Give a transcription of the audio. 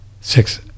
six